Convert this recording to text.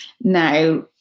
Now